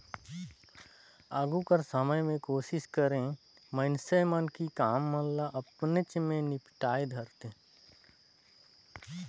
आघु कर समे में कोसिस करें मइनसे मन कि काम मन ल अपनेच ले निपटाए धारतेन